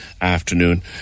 afternoon